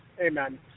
Amen